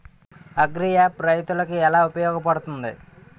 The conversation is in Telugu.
అగ్రియాప్ రైతులకి ఏలా ఉపయోగ పడుతుంది?